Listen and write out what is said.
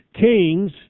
Kings